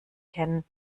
kennen